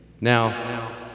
Now